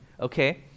okay